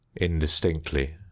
indistinctly